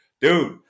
dude